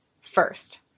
first